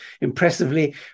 impressively